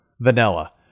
Vanilla